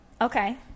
okay